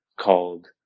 called